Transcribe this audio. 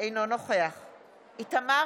ניטור